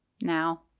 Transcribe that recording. Now